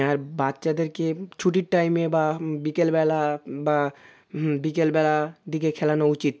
আর বাচ্চাদেরকে ছুটির টাইমে বা বিকেলবেলা বা বিকেলবেলা দিকে খেলানো উচিত